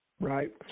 Right